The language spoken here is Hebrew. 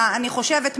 אני חושבת,